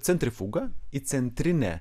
centrifugą įcentrinę